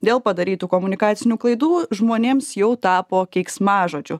dėl padarytų komunikacinių klaidų žmonėms jau tapo keiksmažodžiu